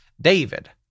David